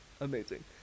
Amazing